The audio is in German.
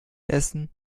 essen